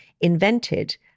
invented